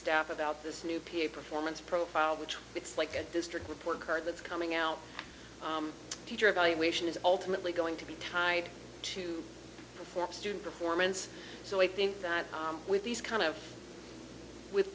staff about this new peer performance profile which it's like a district report card that's coming out teacher evaluation is ultimately going to be tied to performance student performance so i think that with these kind of with